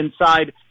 inside